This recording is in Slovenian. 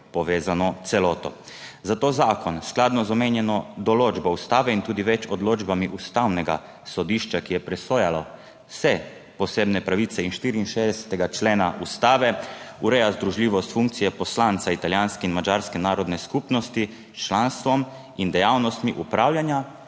povezano celoto. Zato zakon skladno z omenjeno določbo Ustave in tudi več odločbami Ustavnega sodišča, ki je presojalo vse posebne pravice iz 64. člena Ustave, ureja združljivost funkcije poslanca italijanske in madžarske narodne skupnosti s članstvom in dejavnostmi opravljanja,